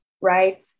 Right